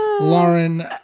Lauren